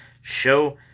show